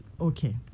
Okay